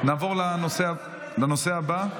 נעבור לנושא הבא,